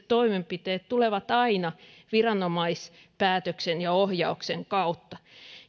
toimenpiteet tulevat aina viranomaispäätöksen ja ohjauksen kautta